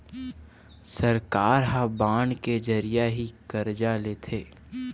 सरकार ह बांड के जरिया ही करजा लेथे